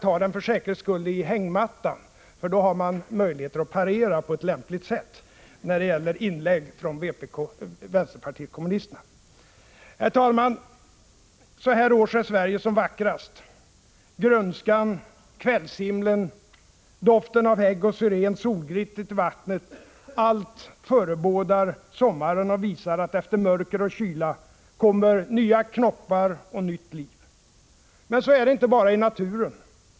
Jag skall för säkerhets skull ta med den till hängmattan, för då har man möjligheter att parera på lämpligt sätt när det gäller inlägg från vänsterpartiet kommunisterna. Herr talman! Så här års är Sverige som vackrast. Grönskan, kvällshimlen, doften av hägg och syren, solglittret i vattnet — allt förebådar sommaren och visar att efter mörker och kyla kommer nya knoppar och nytt liv. Så är det inte bara i naturen.